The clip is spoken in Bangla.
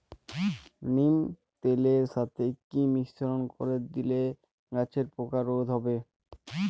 নিম তেলের সাথে কি মিশ্রণ করে দিলে গাছের পোকা রোধ হবে?